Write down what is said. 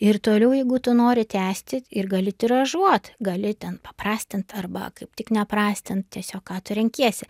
ir toliau jeigu tu nori tęsti ir gali tiražuot gali ten paprastinant arba kaip tik neprastint tiesiog ką tu renkiesi